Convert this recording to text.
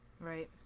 Right